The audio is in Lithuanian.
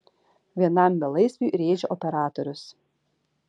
vienam belaisviui rėžia operatorius